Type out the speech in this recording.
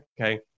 okay